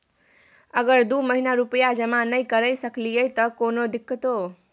अगर दू महीना रुपिया जमा नय करे सकलियै त कोनो दिक्कतों?